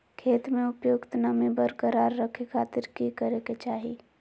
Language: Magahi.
खेत में उपयुक्त नमी बरकरार रखे खातिर की करे के चाही?